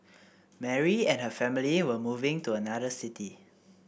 Mary and her family were moving to another city